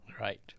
Right